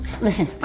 Listen